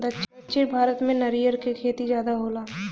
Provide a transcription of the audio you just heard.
दक्षिण भारत में नरियर क खेती जादा होला